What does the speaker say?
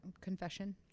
confession